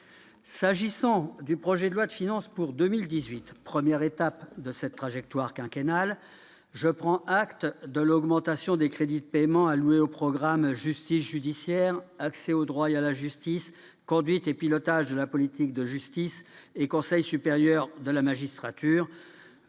S'agissant du projet de loi de finances pour 2018, première étape de cette trajectoire quinquennale, je prends acte de l'augmentation des crédits de paiement alloués aux programmes « Justice judiciaire »,« Accès au droit et à la justice »,« Conduite et pilotage de la politique de la justice » et « Conseil supérieur de la magistrature »